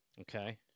Okay